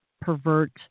pervert